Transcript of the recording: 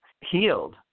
healed